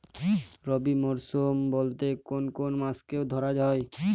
রবি মরশুম বলতে কোন কোন মাসকে ধরা হয়?